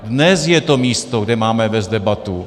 Dnes je to místo, kde máme vést debatu.